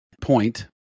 point